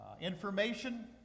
Information